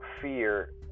fear